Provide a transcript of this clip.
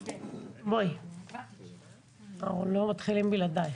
בכל הקשור להטרדות מיניות לציון ארבע שנים למהפכת Me